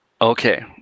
Okay